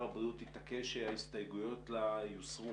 הבריאות התעקש שההסתייגויות לה יוסרו,